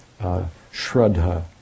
Shraddha